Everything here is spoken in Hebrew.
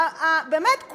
באמת,